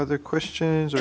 other questions